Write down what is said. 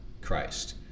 Christ